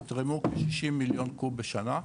יתרמו כ- 60 מיליון קוב בשנה,